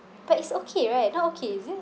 but it's okay right now okay is it